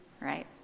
right